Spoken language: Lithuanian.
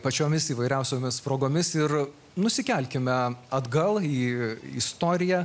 pačiomis įvairiausiomis progomis ir nusikelkime atgal į istoriją